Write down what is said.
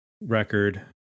record